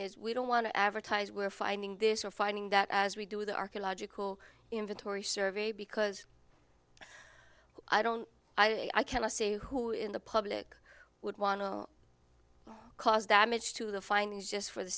is we don't want to advertise we're finding this or finding that as we do the archaeological inventory survey because i don't i can't say who in the public would want to cause damage to the findings just for the